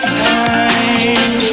time